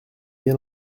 bien